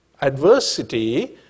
adversity